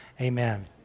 amen